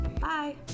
Bye